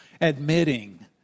admitting